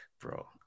Bro